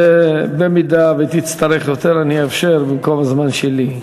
ובמידה שתצטרך יותר אני אאפשר במקום הזמן שלי.